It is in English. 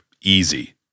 easy